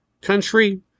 country